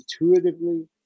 intuitively